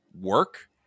work